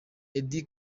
eddy